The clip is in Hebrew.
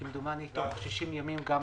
כמדומני, 60 ימים גם